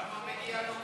למה מגיע לו,